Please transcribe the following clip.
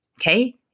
Okay